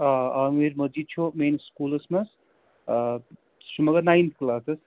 آ عامِر مجیٖد چھُوا میٛٲنِس سکوٗلَس منٛز چھُ مگر نایِنتھ کٕلاس حظ